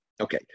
Okay